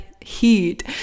heat